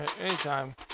Anytime